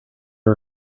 are